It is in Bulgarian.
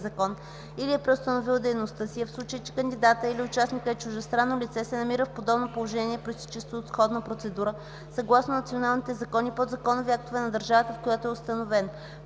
закон, или е преустановил дейността си, а в случай че кандидатът или участникът е чуждестранно лице – се намира в подобно положение, произтичащо от сходна процедура, съгласно националните закони и подзаконови актове на държавата, в която е установен.”